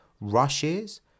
rushes